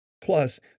plus